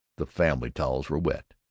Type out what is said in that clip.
the family towels were wet,